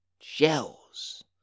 shells